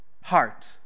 heart